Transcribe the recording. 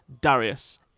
Darius